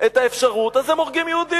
את האפשרות, אז הם הורגים יהודים.